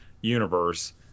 universe